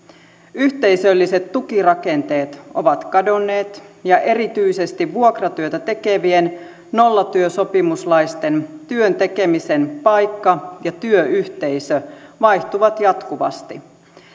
yhteisölliset tukirakenteet ovat kadonneet ja erityisesti vuokratyötä tekevien nollatyösopimuslaisten työn tekemisen paikka ja työyhteisö vaihtuvat jatkuvasti